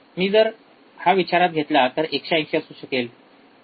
मी जर हा विचारात घेतला तर हा १८० असू शकेल